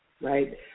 right